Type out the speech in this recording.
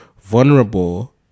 vulnerable